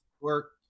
work